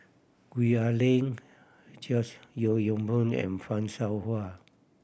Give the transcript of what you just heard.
Gwee Ah Leng George Yeo Yong Boon and Fan Shao Hua